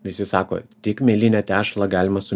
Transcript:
visi sako tik mielinę tešlą galima su